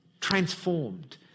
transformed